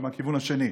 אבל מהכיוון השני.